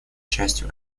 частью